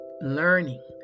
learning